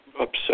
upset